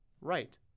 Right